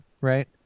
right